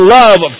love